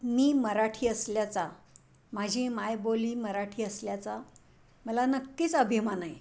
मी मराठी असल्याचा माझी मायबोली मराठी असल्याचा मला नक्कीच अभिमान आहे